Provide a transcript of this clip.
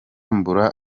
mbura